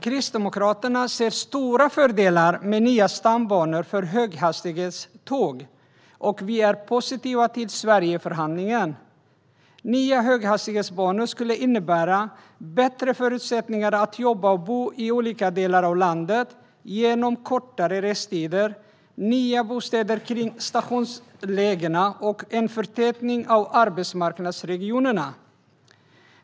Kristdemokraterna ser stora fördelar med nya stambanor för höghastighetståg, och vi är positiva till Sverigeförhandlingen. Nya höghastighetsbanor skulle innebära bättre förutsättningar för att jobba och bo i olika delar av landet genom kortare restider, nya bostäder kring stationslägena och en förtätning av arbetsmarknadsregionerna.